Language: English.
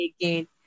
again